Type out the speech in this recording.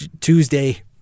Tuesday